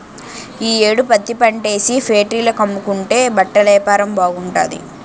ఈ యేడు పత్తిపంటేసి ఫేట్రీల కమ్ముకుంటే బట్టలేపారం బాగుంటాది